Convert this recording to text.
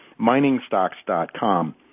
miningstocks.com